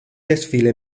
desfile